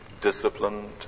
disciplined